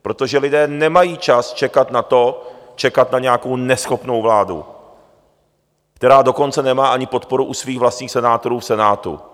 Protože lidé nemají čas čekat na nějakou neschopnou vládu, která dokonce nemá ani podporu u svých vlastních senátorů v Senátu.